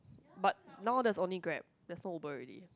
but now there's only Grab there's no Uber already